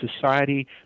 society